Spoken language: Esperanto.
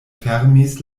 fermis